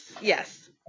yes